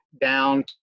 down